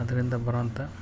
ಅದರಿಂದ ಬರುವಂಥ